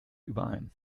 überein